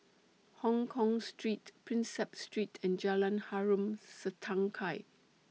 Hongkong Street Prinsep Street and Jalan Harom Setangkai